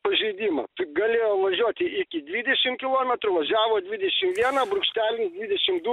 pažeidimą galėjau važiuoti iki dvidešim kilometrų važiavo dvidešim vieną brūkšnelis dvidešim du